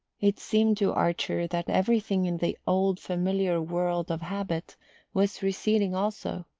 it seemed to archer that everything in the old familiar world of habit was receding also.